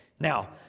Now